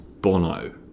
Bono